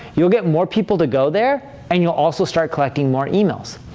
you'll get more people to go there, and you'll also start collecting more emails.